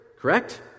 correct